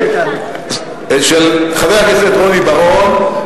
של חבר הכנסת רוני בר-און,